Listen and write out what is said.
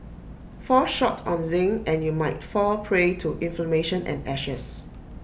fall short on zinc and you'll might fall prey to inflammation and ashes